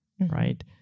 right